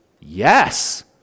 Yes